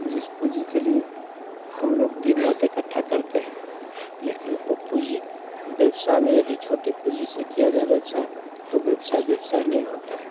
जिस पूँजी के लिए हम लोग दिन रात इकट्ठा करते हैं लेकिन वह पूँजी व्यवसाय में यदि छोटी पूँजी से किया जाए व्यवसाय तो व्यवसाय व्यवसाय नहीं होता है